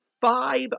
five